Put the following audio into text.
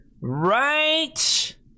Right